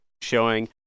showing